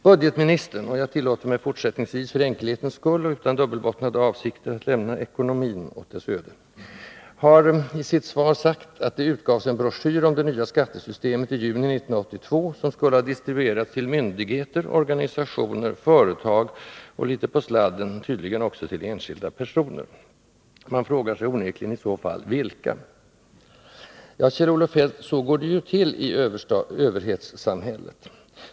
Budgetministern — jag tillåter mig fortsättningsvis, för enkelhetens skull och utan dubbelbottnade avsikter, att lämna ”ekonomin” åt dess öde — har i sitt svar sagt att det utgavs en broschyr om det nya skattesystemet i juni 1982, som skulle ha distribuerats till myndigheter, organisationer, företag och — litet på sladden — tydligen också till ”enskilda personer”. Man frågar sig onekligen: I så fall vilka? Ja, Kjell-Olof Feldt, så går det ju till i överhetssamhället.